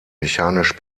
mechanisch